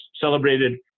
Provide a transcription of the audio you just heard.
celebrated